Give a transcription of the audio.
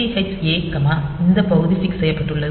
XCH A இந்த பகுதி fix செய்யப்பட்டது